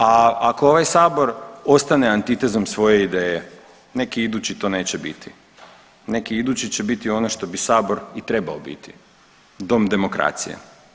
A ako ovaj Sabor ostane antitezom svoje ideje neki idući to neće biti, neki idući će biti ono što bi Sabor i trebao biti dom demokracije.